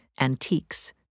antiques